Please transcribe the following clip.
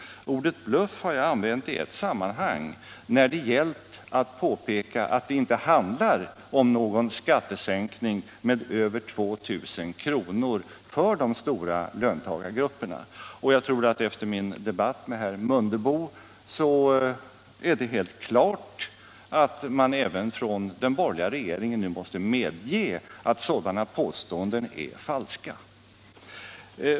Ordet bluff har jag använt i ett sammanhang där det gällt att påpeka att det inte handlar om någon skattesänkning med över 2 000 kr. för de stora löntagargrupperna. Jag tror att det efter min debatt med herr Mundebo är helt klart att även den borgerliga regeringen nu måste medge att sådana påståenden är falska.